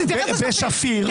תתייחס לשפיר.